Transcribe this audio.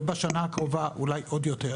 ובשנה הקרובה אולי עוד יותר